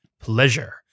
pleasure